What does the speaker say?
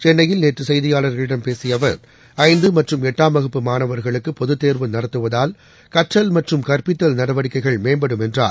சென்னையில் நேற்றுசெய்தியாளர்களிடம் பேசியஅவர் ஐந்துமற்றும் எட்டாம் வகுப்பு மாணவர்களுக்குபொதுத்தேர்வு நடத்துவதால் கற்றல் மற்றும் கற்பித்தல் நடவடிக்கைகள் மேம்படும் என்றார்